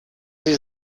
sie